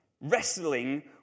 Wrestling